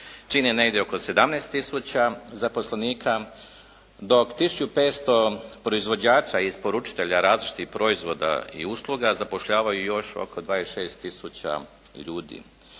čine negdje oko 17 tisuća zaposlenika dok 1500 proizvođača i isporučitelja različitih proizvoda i usluga zapošljavaju još oko 26 tisuća ljudi